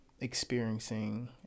experiencing